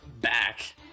back